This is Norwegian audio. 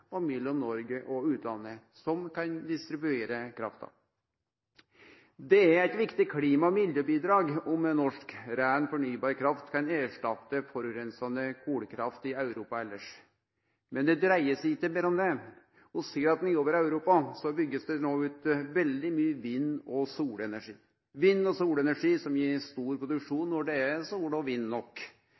og mellom Noreg og utlandet som kan distribuere krafta. Det er eit viktig klima- og miljøbidrag om norsk rein fornybar kraft kan erstatte forureinande kolkraft elles i Europa. Men det dreier seg ikkje berre om det. Vi ser at ein nedover i Europa byggjer ut veldig mykje vind- og solenergi, vind- og solenergi som gir stor produksjon når det er sol og vind nok.